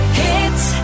hits